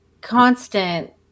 constant